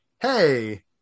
Hey